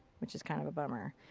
which is kind of a bummer.